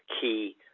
Key